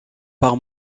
par